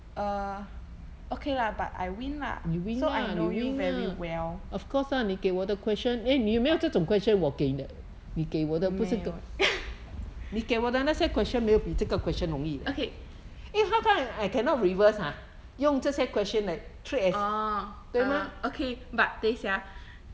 err okay lah but I win lah so I know you very well 没有 eh okay orh err okay but 等一下啊